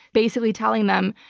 basically telling them,